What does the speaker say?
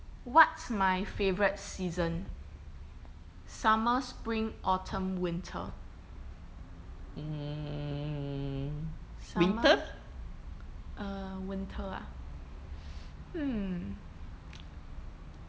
what's my favourite season summer spring autumn winter summer err winter ah hmm